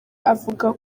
avuga